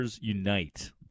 unite